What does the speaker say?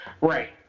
Right